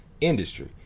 industry